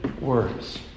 words